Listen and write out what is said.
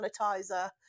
sanitizer